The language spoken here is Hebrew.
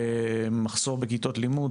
מחסור בכיתות לימוד,